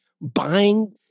buying